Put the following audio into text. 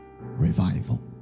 revival